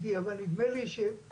פרופסור אביעד הכהן נתן חוות דעת,